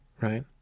right